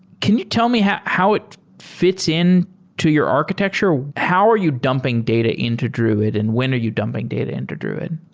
can you tell me how how it fi ts in to your architecture? how are you dumping data into druid and when are you dumping data into druid?